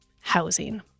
housing